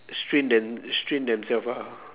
strain them strain themselves ah